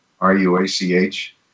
r-u-a-c-h